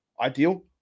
ideal